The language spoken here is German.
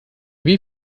wie